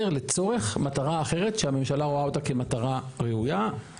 לצורך מטרה אחרת שהממשלה רואה אותה כמטרה ראויה,